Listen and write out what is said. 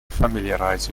familiarize